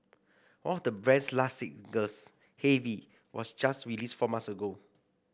one of the band's last singles heavy was just released four months ago